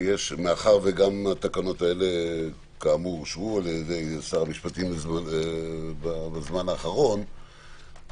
שמאחר וגם התקנות האלה אושרו על ידי שר המשפטים בזמן האחרון,